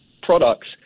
products